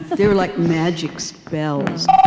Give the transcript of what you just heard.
they're like magic spells.